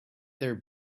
their